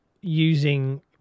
using